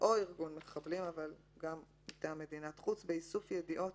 או ארגון מחבלים" אבל גם מטעם מדינת חוץ "באיסוף ידיעות